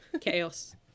chaos